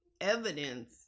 evidence